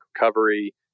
recovery